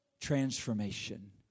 Transformation